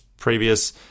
Previous